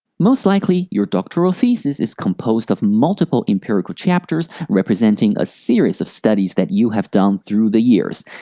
most likely your doctoral thesis is composed of multiple empirical chapters representing a series of studies that you have done through the years.